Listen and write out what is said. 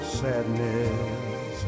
sadness